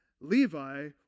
Levi